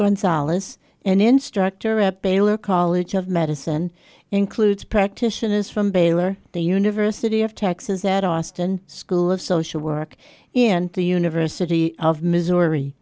gonzales an instructor at baylor college of medicine includes practitioners from baylor the university of texas at austin school of social work and the university of missouri